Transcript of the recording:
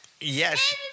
Yes